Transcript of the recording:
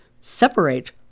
separate